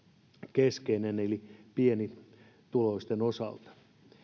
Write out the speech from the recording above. keskeinen eli pienitulosten osalta